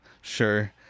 Sure